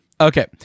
Okay